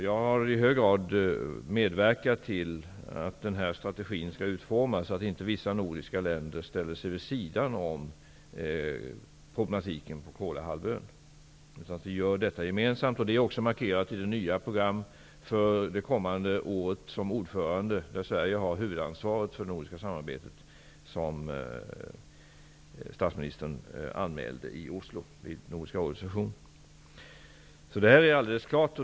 Jag har i hög grad medverkat till att utforma den strategin, så att inte vissa nordiska länder ställer sig vid sidan om problematiken på Kolahalvön. Vi skall göra arbetet gemensamt. Det är också markerat i det nya program för det kommande året -- där Sverige som ordförande har huvudansvaret för det nordiska samarbetet -- som statsministern anmälde i Oslo vid Nordiska rådets session. Detta är alldeles klart.